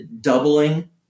doubling